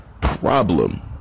problem